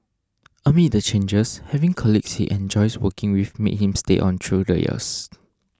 amid the changes having colleagues he enjoys working with made him stay on through the years